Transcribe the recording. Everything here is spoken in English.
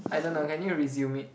I don't know can you resume it